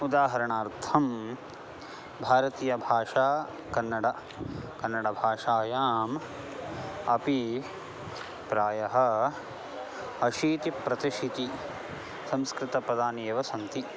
उदाहरणार्थं भारतीयभाषा कन्नड कन्नडभाषायाम् अपि प्रायः अशीतिप्रतिशतिः संस्कृतपदानि एव सन्ति